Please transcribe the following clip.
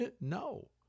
No